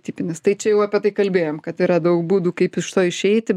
tipinis tai čia jau apie tai kalbėjom kad yra daug būdų kaip iš to išeiti